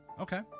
Okay